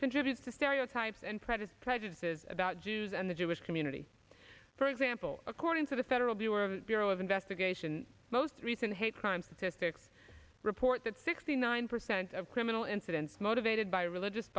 contributes to stereotypes and practice prejudices about jews and the jewish community for example according to the federal bureau of investigation most recent hate crime statistics report that sixty nine percent of criminal incidents motivated by religious